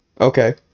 okay